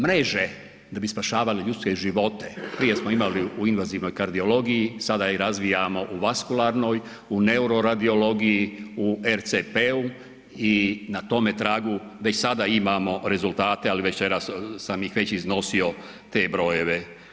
Mreže da bi spašavale ljudske živote, prije smo imali u invazivnoj kardiologiji, sada i razvijamo u vaskularnoj, u neuroradiologiji, u RCP-u i na tome tragu već sada imamo rezultate ali večeras sam ih već iznosio te brojeve.